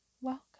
Welcome